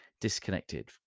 disconnected